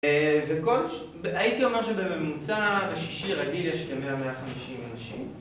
וכל.. הייתי אומר שבממוצע בשישי רגיל יש כמאה מאה חמישים אנשים